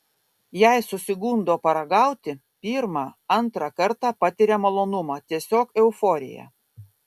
jei susigundo paragauti pirmą antrą kartą patiria malonumą tiesiog euforiją